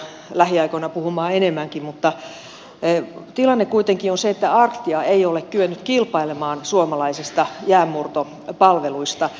arctia shippingistä varmaan tullaan lähiaikoina puhumaan enemmänkin mutta tilanne kuitenkin on se että arctia ei ole kyennyt kilpailemaan suomalaisista jäänmurtopalveluista